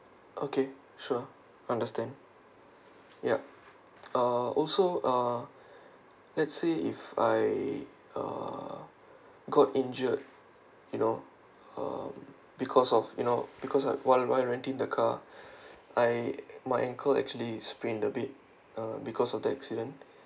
okay sure understand yup uh also uh let's say if I uh got injured you know um because of you know because I why why I'm renting the car I my ankle actually sprained a bit uh because of the accident